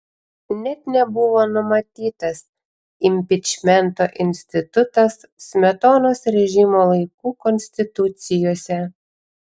net nebuvo numatytas impičmento institutas smetonos režimo laikų konstitucijose